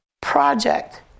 project